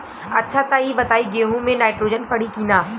अच्छा त ई बताईं गेहूँ मे नाइट्रोजन पड़ी कि ना?